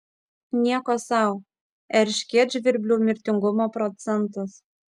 nieko sau erškėtžvirblių mirtingumo procentas